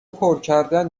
پرکردن